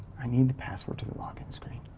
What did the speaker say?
i need the password for the login screen.